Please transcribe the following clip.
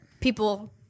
people